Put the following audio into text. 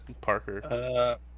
Parker